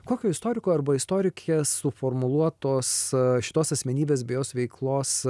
kokio istoriko arba istorikės suformuluotos šitos asmenybės bei jos veiklos